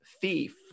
thief